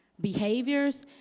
behaviors